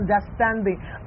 understanding